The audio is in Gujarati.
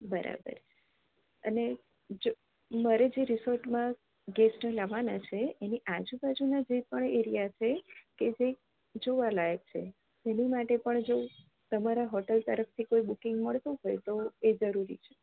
બરાબર અને મારે જે રિસોર્ટમાં ગેસ્ટ લાવવાના છે અને આજુ બાજુના જે પણ એરીઆ છે એ કઇંક જોવાલાયક છે એની માટે પણ જો તમારા હોટેલ તરફથી કોઈ બુકીંગ મળતું હોય તો એ જરૂરી છે